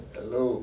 Hello